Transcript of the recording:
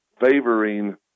favoring